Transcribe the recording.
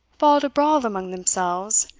fall to brawl among themselves,